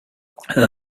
her